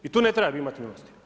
I tu ne treba imati milosti.